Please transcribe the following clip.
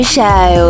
Show